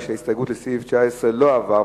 ההסתייגות של קבוצת סיעת חד"ש לסעיף 19 לא נתקבלה.